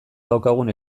daukagun